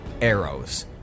arrows